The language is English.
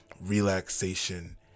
relaxation